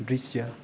दृश्य